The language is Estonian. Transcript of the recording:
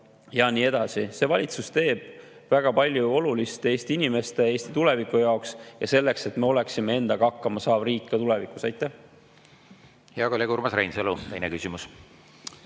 ja nii edasi. See valitsus teeb väga palju olulist Eesti inimeste, Eesti tuleviku jaoks ja selleks, et me oleksime endaga hakkama saav riik ka tulevikus. Hea kolleeg Urmas Reinsalu, teine küsimus.